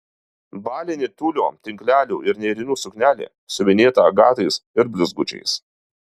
balinė tiulio tinklelio ir nėrinių suknelė siuvinėta agatais ir blizgučiais